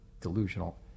delusional